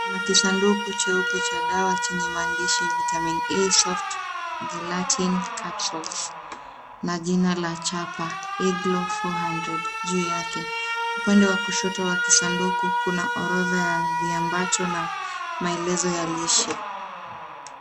Kuna kisanduku cheupe cha dawa chenye maandishi Vitamin E soft gelatin capsules na jina la chapa eglow 400 juu yake. Upande wa kushoto wa kisanduku kuna orodha ya viambato na maelezo ya lishe.